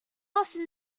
lost